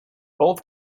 both